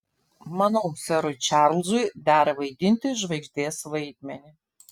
manau serui čarlzui dera vaidinti žvaigždės vaidmenį